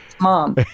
mom